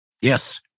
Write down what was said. Yes